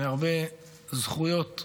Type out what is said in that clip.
והרבה זכויות.